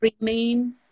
remain